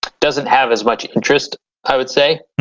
doesn't have as much interest i would say